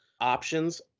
options